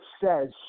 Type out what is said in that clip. says